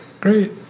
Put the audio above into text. Great